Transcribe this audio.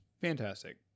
fantastic